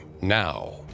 Now